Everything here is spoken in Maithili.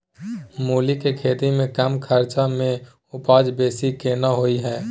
मूली के खेती में कम खर्च में उपजा बेसी केना होय है?